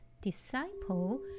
disciple